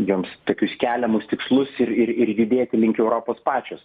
joms tokius keliamus tikslus ir ir ir judėti link europos pačios